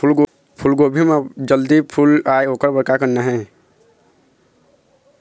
फूलगोभी म जल्दी फूल आय ओकर बर का करना ये?